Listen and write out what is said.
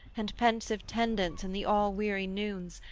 and pensive tendance in the all-weary noons,